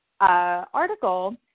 article